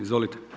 Izvolite.